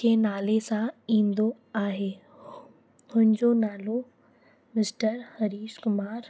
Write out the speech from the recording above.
खे नाले सां ईंदो आहे हुनजो नालो मिस्टर हरीश कुमार